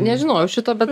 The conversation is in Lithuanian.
nežinojau šito bet